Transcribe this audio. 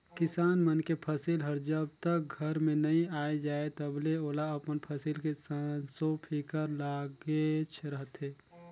किसान मन के फसिल हर जब तक घर में नइ आये जाए तलबे ओला अपन फसिल के संसो फिकर लागेच रहथे